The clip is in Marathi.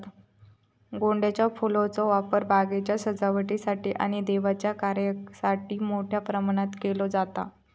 गोंड्याच्या फुलांचो वापर बागेच्या सजावटीसाठी आणि देवाच्या कार्यासाठी मोठ्या प्रमाणावर केलो जाता